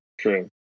true